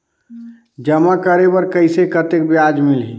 जमा करे बर कइसे कतेक ब्याज मिलही?